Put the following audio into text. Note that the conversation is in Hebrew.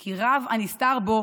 כי רב הנסתר בו